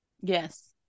Yes